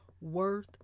worth